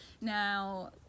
now